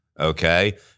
Okay